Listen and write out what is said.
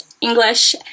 English